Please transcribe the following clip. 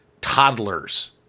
toddlers